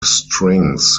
strings